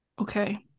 Okay